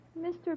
Mr